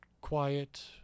quiet